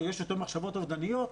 יש יותר מחשבות אובדניות?